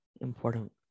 important